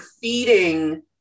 feeding